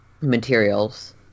materials